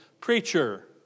preacher